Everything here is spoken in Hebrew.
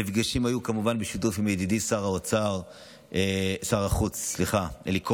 המפגשים היו כמובן בשיתוף עם ידידי שר החוץ אלי כהן,